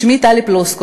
שמי טלי פלוסקוב,